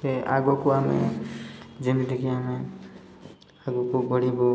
ସେ ଆଗକୁ ଆମେ ଯେମିତିକି ଆମେ ଆଗକୁ ବଢ଼ିବୁ